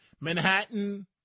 Manhattan